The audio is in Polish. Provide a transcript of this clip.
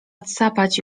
odsapać